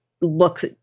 looks